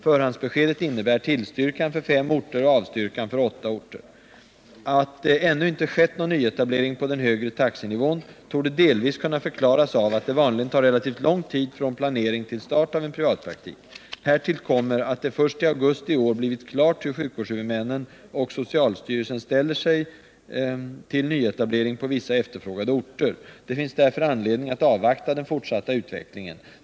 Förhandsbeskedet innebär tillstyrkan för fem orter och avstyrkan för åtta orter. Att det ännu inte skett någon nyetablering på den högre taxenivån torde delvis kunna förklaras av att det vanligen tar relativt lång tid från planering till start av en privatpraktik. Härtill kommer att det först i augusti i år blivit klart hur sjukvårdshuvudmännen och socialstyrelsen ställer sig till nyetablering på vissa efterfrågade orter. Det finns därför anledning att avvakta den fortsatta utvecklingen.